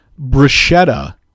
bruschetta